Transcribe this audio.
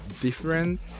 different